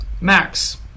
Max